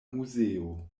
muzeo